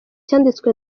cyanditswe